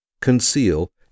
conceal